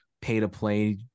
pay-to-play